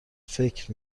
فکر